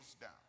down